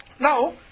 Now